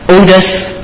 Oldest